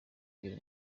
pierre